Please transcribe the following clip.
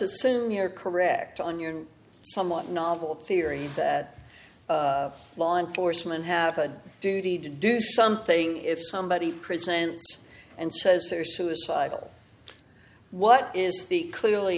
assume you're correct on your somewhat novel theory that law enforcement have a duty to do something if somebody presents and says are suicidal what is the clearly